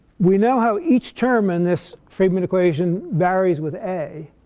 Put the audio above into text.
we know how each term in this friedmann equation varies with a.